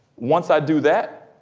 once i do that,